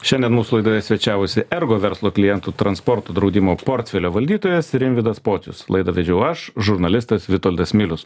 šiandien mūsų laidoje svečiavosi ergo verslo klientų transporto draudimo portfelio valdytojas rimvydas pocius laidą vedžiau aš žurnalistas vitoldas milius